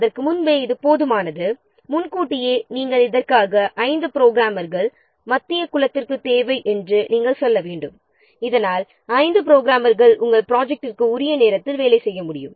அதற்கு முன்பே நாம் இதற்காக 5 புரோகிராமர்கள் தேவை என்று நாம் சொல்ல வேண்டும் இதனால் 5 புரோகிராமர்கள் ப்ராஜெக்ட்டிற்கு உரிய நேரத்தில் வேலை செய்ய முடியும்